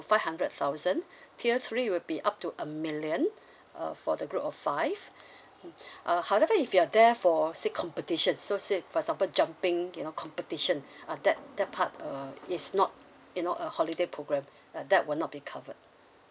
five hundred thousand tier three will be up to a million uh for the group of five uh however if you're there for say competition so say for example jumping you know competition uh that that part uh is not you know a holiday programme uh that will not be covered